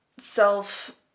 self